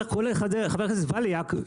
כולל חבר הכנסת בליאק,